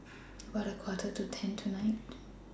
about A Quarter to ten tonight